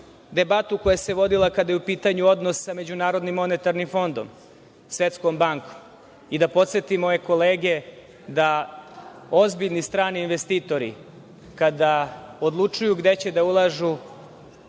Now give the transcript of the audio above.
debatu koja se vodila kada je u pitanju odnos sa MMF, Svetskom bankom i da podsetim moje kolege da ozbiljni strani investitori, kada odlučuju gde će da ulažu,